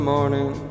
Morning